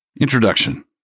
Introduction